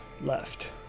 left